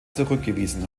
zurückgewiesen